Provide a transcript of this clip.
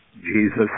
Jesus